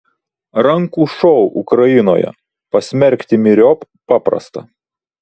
rankų šou ukrainoje pasmerkti myriop paprasta